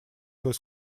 свой